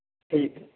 ठीक